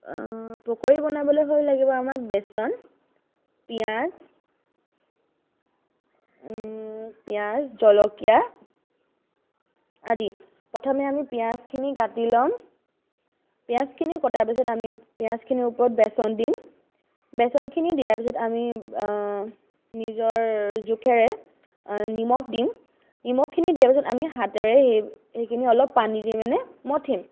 পকৰি বনাবলৈ হ'লে লাগিব আমাক বেচন পিঁয়াজ পিঁয়াজ জলকীয়া আদি প্ৰথমে আমি পিঁয়াজখিনি কাটি ল'ম পিঁয়াজখিনি কটাৰ পিছত আমি পিঁয়াজখিনিৰ ওপৰত বেচন দিম বেচনখিনি দিয়াৰ পিছত আমি নিজৰ জোখেৰে নিমখ দিম নিমখখিনি দিয়াৰ পিছত আমি হাতেৰে সেইখিনি অলপ পানী দি পিনে মঠিম